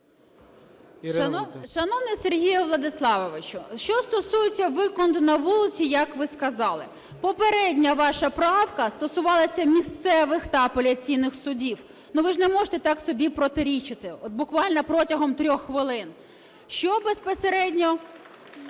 Шановний Сергію Владиславовичу, що стосується "викинути на вулицю", як ви сказали, попередня ваша правка стосувалася місцевих та апеляційних судів. Ви ж не можете так собі протирічити от буквально протягом трьох хвилин. Безпосередньо